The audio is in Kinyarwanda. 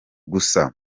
gusa